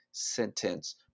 sentence